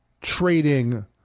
trading